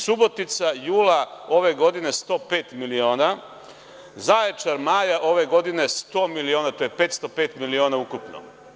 Subotica jula ove godine 105 miliona, Zaječar maja ove godine 100 miliona, to je 505 miliona ukupno.